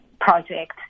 project